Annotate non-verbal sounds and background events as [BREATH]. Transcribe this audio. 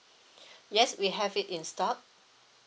[BREATH] yes we have it in stock